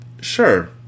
Sure